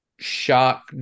shock